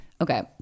Okay